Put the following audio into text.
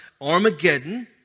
Armageddon